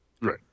Right